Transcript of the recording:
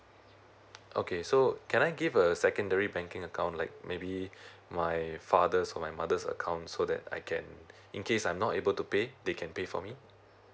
okay so can I give a secondary banking account like maybe my father's or my mother's account so that I can in case I'm not able to pay they can pay for me